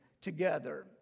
together